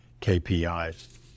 KPIs